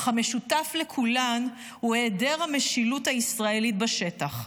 אך המשותף לכולן הוא היעדר המשילות הישראלית בשטח,